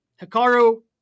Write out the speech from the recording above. Hikaru